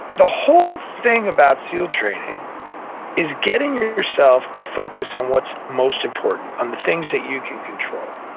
the whole thing about seal training is getting yourself to focus on what's most important, on the things that you can control.